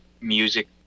music